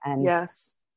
Yes